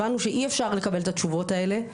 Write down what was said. הבנו שאי-אפשר לקבל את התשובות האלה,